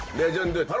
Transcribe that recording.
legendary